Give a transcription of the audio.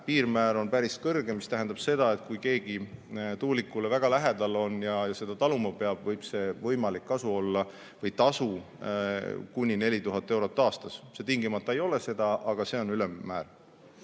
piirmäär on päris kõrge, mis tähendab seda, et kui keegi tuulikule väga lähedal on ja seda taluma peab, võib võimalik kasu või tasu olla kuni 4000 eurot aastas. See tingimata ei ole nii palju, see on ülemmäär.